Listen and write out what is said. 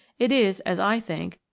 it is, as i think,